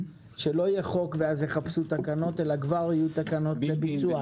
שלא יהיה חוק ואז יחפשו תקנות אלא כבר יהיו תקנות לביצוע.